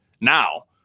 now